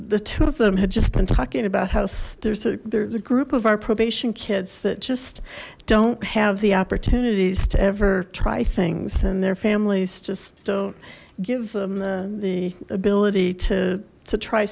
the two of them had just been talking about house there's a there's a group of our probation kids that just don't have the opportunities to ever try things and their families just don't give them the ability to to try